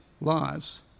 lives